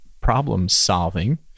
problem-solving